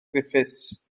griffiths